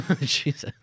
Jesus